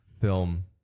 film